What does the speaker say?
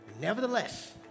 nevertheless